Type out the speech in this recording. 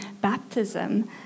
baptism